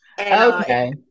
Okay